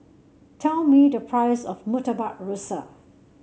tell me the price of Murtabak Rusa